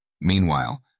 Meanwhile